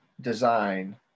design